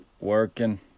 Working